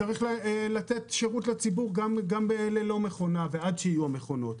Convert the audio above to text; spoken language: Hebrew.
צריך לתת שירות לציבור גם בלי מכונות ועד שיהיו מכונות.